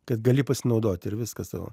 kad gali pasinaudoti ir viskas o